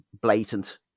blatant